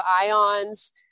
ions